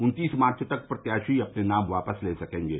उन्तीस मार्च तक प्रत्याशी अपने नाम वापस ले सकेंगे